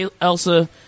Elsa